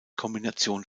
kombination